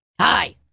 Hi